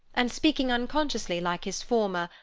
and speaking unconsciously like his former,